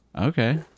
okay